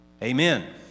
Amen